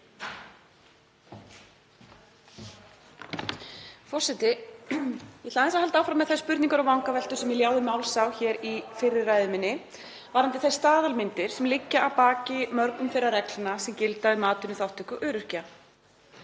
Forseti. Ég ætla aðeins að halda áfram með þær spurningar og vangaveltur sem ég ljáði máls á hér í fyrri ræðu minni varðandi þær staðalmyndir sem liggja að baki mörgum þeirra reglna sem gilda um atvinnuþátttöku öryrkja.